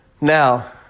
Now